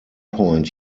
point